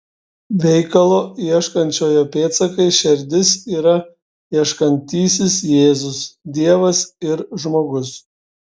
veikalo ieškančiojo pėdsakai šerdis yra ieškantysis jėzus dievas ir žmogus